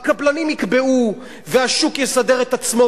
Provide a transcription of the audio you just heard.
הקבלנים יקבעו והשוק יסדר את עצמו,